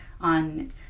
on